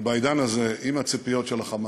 ובעידן הזה, אם הציפיות של "חמאס"